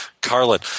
Carlin